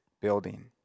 building